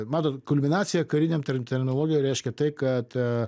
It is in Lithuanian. matot kulminacija kariniam ter terminologijoj reiškia tai kad